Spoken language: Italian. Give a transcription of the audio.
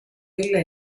dirla